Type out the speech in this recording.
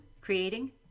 creating